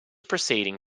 proceeding